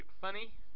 funny